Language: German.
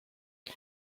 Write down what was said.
die